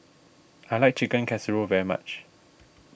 I like Chicken Casserole very much